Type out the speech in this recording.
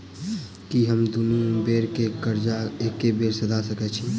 की हम दुनू बेर केँ कर्जा एके बेर सधा सकैत छी?